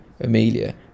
Amelia